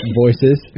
voices